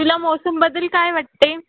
तुला मौसमबद्दल काय वाटते आहे